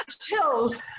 chills